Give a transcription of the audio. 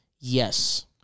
Yes